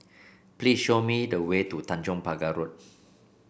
please show me the way to Tanjong Pagar Road